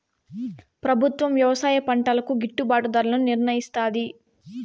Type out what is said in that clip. ప్రభుత్వం వ్యవసాయ పంటలకు గిట్టుభాటు ధరలను నిర్ణయిస్తాది